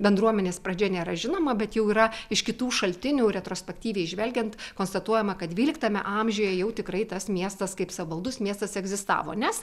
bendruomenės pradžia nėra žinoma bet jau yra iš kitų šaltinių retrospektyviai žvelgiant konstatuojama kad dvyliktame amžiuje jau tikrai tas miestas kaip savaldus miestas egzistavo nes